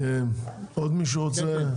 עוד מישהו רוצה לדבר?